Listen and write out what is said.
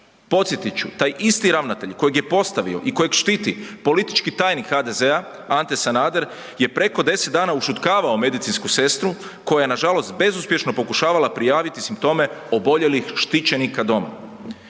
Podsjetit ću, taj isti ravnatelj kojeg je postavio i kojeg štiti politički tajnik HDZ-a Ante Sanader je preko 10 dana ušutkavao medicinsku sestru koja je nažalost bezuspješno pokušavala prijaviti simptome oboljelih štićenika doma.